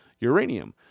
uranium